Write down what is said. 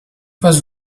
was